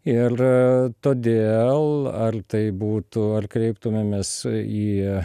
ir todėl al tai būtų ar kreiptumėmės į